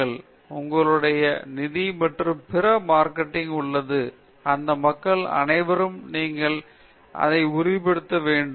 எனவே நீங்கள் ஒரு R D பிரிவின் தலைவராக உள்ளீர்கள் உங்களுடைய நிதி மற்றும் பிற மார்க்கெட்டிங் உள்ளது இந்த மக்கள் அனைவருக்கும் நீங்கள் இதை உறுதிப்படுத்த வேண்டும் நான் ஒரு புதிய இயந்திரத்தை உருவாக்க விரும்புகிறேன்